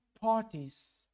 parties